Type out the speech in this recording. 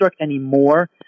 anymore